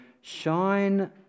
shine